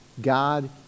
God